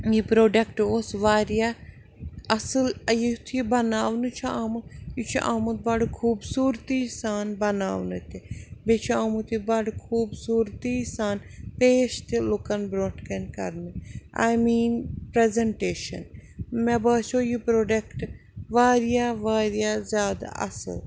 یہِ پرٛوڈکٹ اوس وارِیاہ اصٕل یُتھ یہِ بناونہٕ چھُ آمُت یہِ چھُ آمُت بڑٕ خوٗبصوٗرتی سان بناونہٕ تہِ بیٚیہِ چھُ آمُت یہِ بَڑٕ خوٗبصوٗرتی سان پیش تہِ لُکن برٛونٛٹھ کَنہِ کرنہٕ آی میٖن پرٛٮ۪زنٹیشَن مےٚ باسیو یہِ پرٛوڈکٹ وارِیاہ وارِیاہ زیادٕ اصٕل